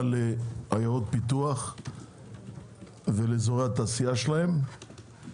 לעיירות פיתוח ולאזורי התעשייה שלהם.